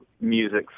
music